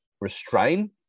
restrain